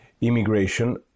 immigration